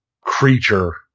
creature